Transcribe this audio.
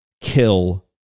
kill